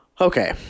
Okay